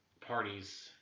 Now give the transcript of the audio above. parties